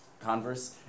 converse